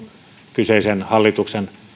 kyseisen hallituksen